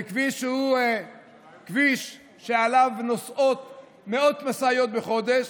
זה כביש שעליו נוסעות מאות משאיות בחודש.